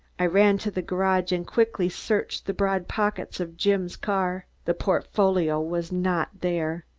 i ran to the garage and quickly searched the broad pockets of jim's car. the portfolio was not there.